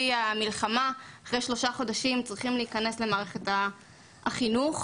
המלחמה אחרי שלושה חודשים צריכים להיכנס למערכת החינוך.